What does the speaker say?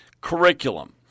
curriculum